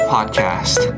Podcast